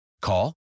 Call